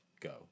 go